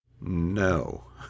No